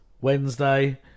Wednesday